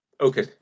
Okay